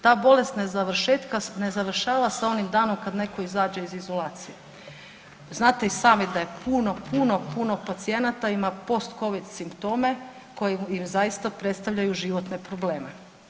Ta bolest Ta bolest ne završava sa onim danom kad netko izađe iz izolacije, znate i sami da je puno, puno pacijenata ima post covid simptome koji im zaista predstavljaju životne probleme.